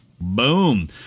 boom